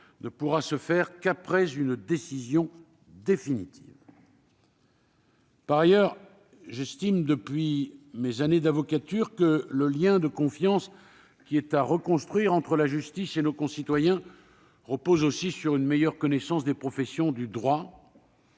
ne pourra se faire qu'après une décision définitive. J'estime par ailleurs, depuis mes années d'avocature, que le lien de confiance qui est à reconstruire entre la justice et nos concitoyens repose aussi sur une meilleure connaissance mutuelle des professions du droit.